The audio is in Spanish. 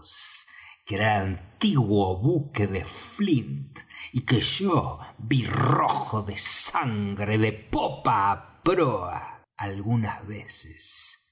que era el antiguo buque de flint y que yo ví rojo de sangre de popa á proa algunas veces